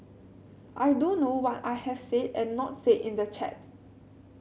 I do know what I have said and not said in the chat